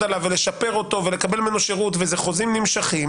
עליו ולשפר אותו ולקבל ממנו שירות וזה חוזים נמשכים